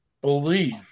believe